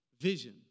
vision